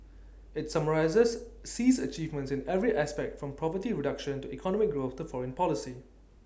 IT summarises Xi's achievements in every aspect from poverty reduction to economic growth to foreign policy